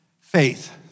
Faith